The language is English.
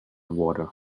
water